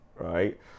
right